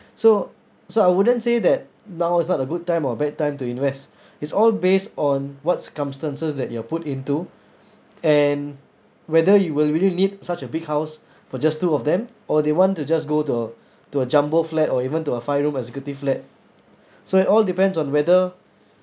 so so I wouldn't say that now is not a good time or a bad time to invest it's all based on what circumstances that you're put into and whether you will really need such a big house for just two of them or they want to just go to to a jumbo flat or even to a five room executive flat so it all depends on whether